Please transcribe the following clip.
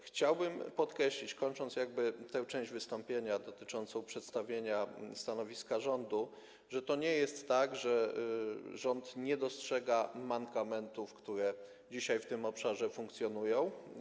Chciałbym podkreślić, kończąc tę część wystąpienia dotyczącą przedstawienia stanowiska rządu, że to nie jest tak, że rząd nie dostrzega mankamentów, które dzisiaj w tym obszarze funkcjonują.